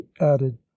added